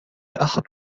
أحد